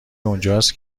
اونجاست